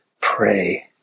pray